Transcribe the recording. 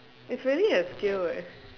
it's really a skill eh